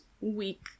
week